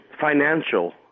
financial